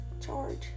charge